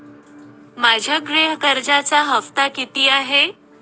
माझ्या गृह कर्जाचा हफ्ता किती आहे?